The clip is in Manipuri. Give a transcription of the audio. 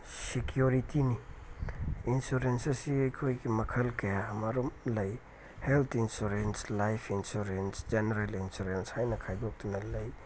ꯁꯦꯀ꯭ꯌꯨꯔꯤꯇꯤꯅꯤ ꯏꯟꯁꯨꯔꯦꯟꯁ ꯑꯁꯤ ꯑꯩꯈꯣꯏꯒꯤ ꯃꯈꯜ ꯀꯌꯥ ꯑꯃꯔꯣꯝ ꯂꯩ ꯍꯦꯜ insurance life insurance general insurance ꯍꯥꯏꯅ ꯈꯥꯏꯗꯣꯛꯇꯨꯅ ꯂꯩ